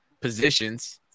positions